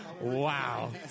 Wow